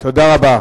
תודה רבה.